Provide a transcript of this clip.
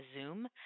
Zoom